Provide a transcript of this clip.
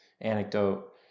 anecdote